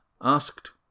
asked